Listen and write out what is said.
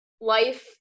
life